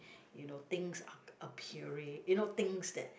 you know things are appearing you know things that